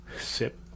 sip